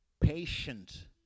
patient